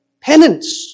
penance